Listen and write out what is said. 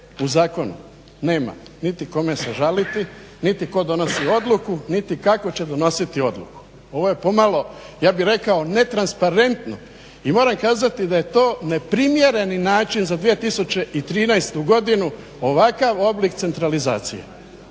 u zakonu nema niti kome se žaliti, niti tko donosi odluku, niti kako će donositi odluku. Ovo je pomalo ja bih rekao netransparentno. I moram kazati da je to neprimjereni način za 2013. godinu ovakav oblik centralizacije.